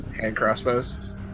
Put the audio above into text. hand-crossbows